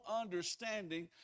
understanding